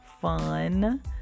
fun